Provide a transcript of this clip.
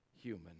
human